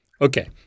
Okay